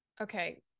Okay